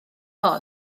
hon